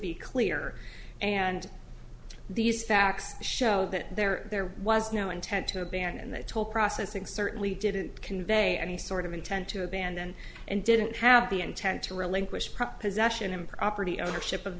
be clear and these facts show that there was no intent to abandon the toll processing certainly didn't convey any sort of intent to abandon and didn't have the intent to relinquish prop possession and property ownership of